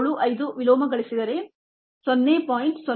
75 ವಿಲೋಮಗೊಳಿಸಿದರೆ 0